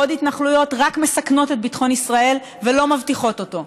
עוד התנחלויות רק מסכנות את ביטחון ישראל ולא מבטיחות אותו.